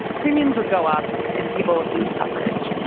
premiums would go up, and people would lose coverage.